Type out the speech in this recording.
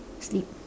sleep